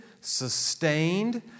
sustained